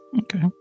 Okay